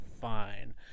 fine